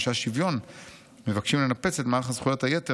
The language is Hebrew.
אנשי השוויון מבקשים לנפץ את מערך זכויות היתר